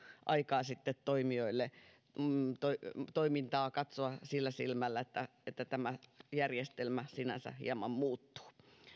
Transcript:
aikaa toimijoille katsoa toimintaa sillä silmällä että että tämä järjestelmä sinänsä hieman muuttuu